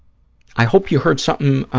i hope you heard something,